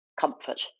comfort